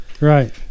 Right